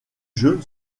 jeu